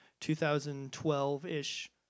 2012-ish